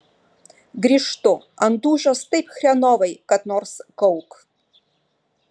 grįžtu ant dūšios taip chrenovai kad nors kauk